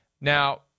Now